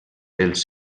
dels